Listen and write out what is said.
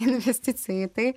investicija į tai